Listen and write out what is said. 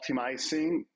optimizing